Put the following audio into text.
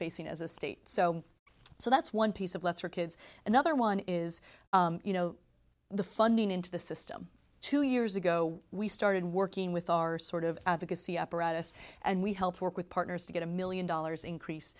facing as a state so so that's one piece of let's for kids another one is you know the funding into the system two years ago we started working with our sort of advocacy apparatus and we helped work with partners to get a million dollars increase